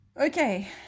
Okay